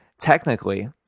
technically